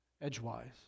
edgewise